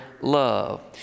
love